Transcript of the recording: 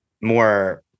more